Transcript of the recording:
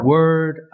Word